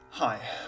Hi